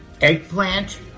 eggplant